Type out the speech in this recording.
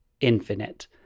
infinite